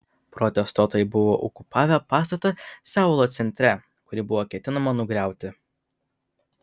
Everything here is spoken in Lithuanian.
protestuotojai buvo okupavę pastatą seulo centre kurį buvo ketinama nugriauti